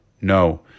No